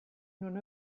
non